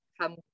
come